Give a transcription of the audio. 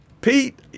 Pete